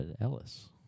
Ellis